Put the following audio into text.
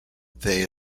they